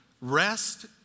rest